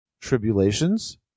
tribulations